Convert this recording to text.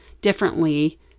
differently